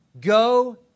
Go